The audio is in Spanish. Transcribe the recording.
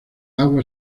agua